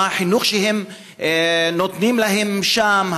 והחינוך שנותנים להם שם,